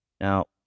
Now